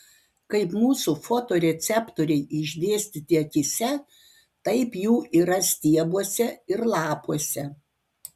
kaip mūsų fotoreceptoriai išdėstyti akyse taip jų yra stiebuose ir lapuose